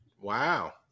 Wow